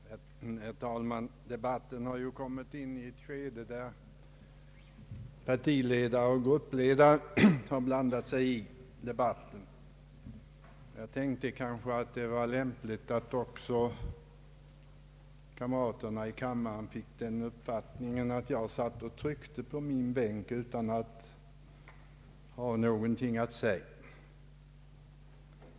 Herr talman! Debatten har ju kommit in i ett skede, där partiledare och gruppledare blandat sig i den. Det kunde kanske vara lämpligt att kamraterna i kammaren inte fick uppfattningen att jag satt och tryckte i min bänk utan att ha något att säga.